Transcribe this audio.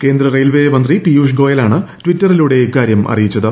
കേന്ദ്ര റെയിൽവേ മന്ത്രി പീയുഷ് ഗോയലാണ് ട്വിറ്ററിലൂടെ ഇക്കാര്യം അറിയിച്ചത്